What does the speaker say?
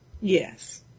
Yes